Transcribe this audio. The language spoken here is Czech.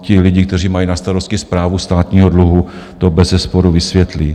Ti lidi, kteří mají na starosti správu státního dluhu, vám to bezesporu vysvětlí.